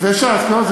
זה ש"ס, לא?